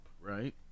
right